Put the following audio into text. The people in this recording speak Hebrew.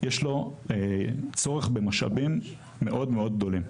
יש צורך במשאבים מאוד-מאוד גדולים.